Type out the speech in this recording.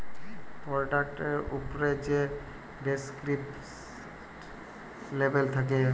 পরডাক্টের উপ্রে যে ডেসকিরিপ্টিভ লেবেল থ্যাকে